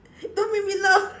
don't make me laugh